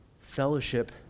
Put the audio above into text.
fellowship